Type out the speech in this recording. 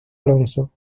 alonso